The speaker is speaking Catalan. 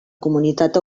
comunitat